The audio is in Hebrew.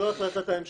לא החלטת הממשלה